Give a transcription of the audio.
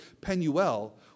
Penuel